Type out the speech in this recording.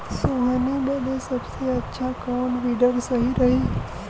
सोहनी बदे सबसे अच्छा कौन वीडर सही रही?